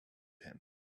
him